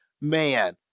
man